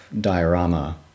diorama